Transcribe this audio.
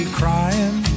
crying